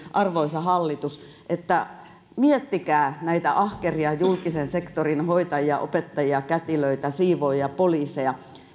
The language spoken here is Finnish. arvoisa hallitus että miettikää näitä ahkeria julkisen sektorin hoitajia opettajia kätilöitä siivoojia poliiseja